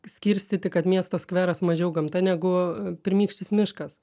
skirstyti kad miesto skveras mažiau gamta negu pirmykštis miškas